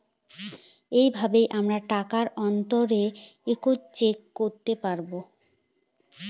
এইভাবে আমরা টাকার অন্তরে এক্সচেঞ্জ করতে পাবো